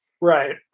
Right